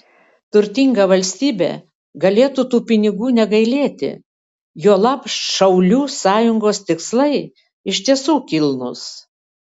turtinga valstybė galėtų tų pinigų negailėti juolab šaulių sąjungos tikslai iš tiesų kilnūs